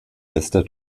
bester